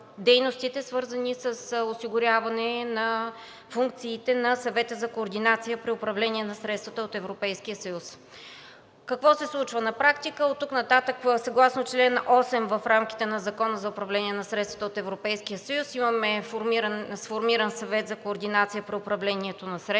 свързани с осигуряване на функциите на Съвета за координация при управление на средствата от Европейския съюз. Какво се случва? На практика оттук нататък съгласно чл. 8 в рамките на Закона за управление на средствата от Европейския съюз имаме сформиран Съвет за координация при управлението на средствата,